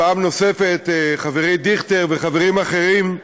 פעם נוספת, חברי דיכטר וחברים אחרים,